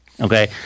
Okay